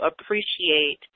appreciate